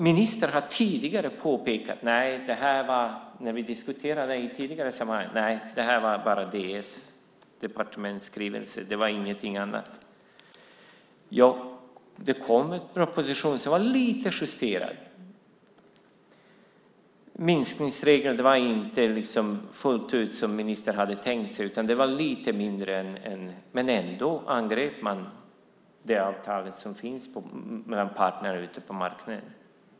Ministern har tidigare, när vi diskuterat detta i tidigare sammanhang, sagt att det här bara var en departementsskrivelse, ingenting annat. Ja, det kom en proposition som var lite justerad. Minskningsregeln var inte fullt ut som ministern hade tänkt sig, utan det var lite mindre. Men ändå angrep man det avtal som fanns mellan parterna ute på marknaden.